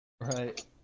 Right